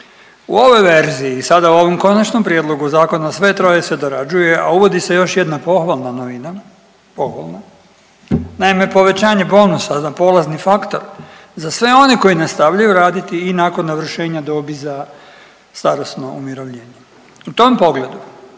U ovoj verziji sada u ovom konačnom prijedlogu zakona sve troje se dorađuje, a uvodi se još jedna pohvalna novina, pohvalna. Naime, povećanje bonusa za polazni faktor za sve oni koji nastavljaju raditi i nakon navršenja dobi za starosno umirovljenje. U tom pogledu